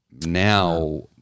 Now